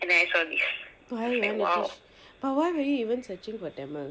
why you want you want this but why were you even searching for tamil